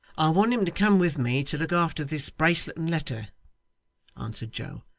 i want him to come with me to look after this bracelet and letter answered joe.